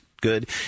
good